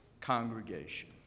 congregation